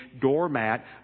doormat